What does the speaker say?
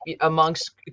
amongst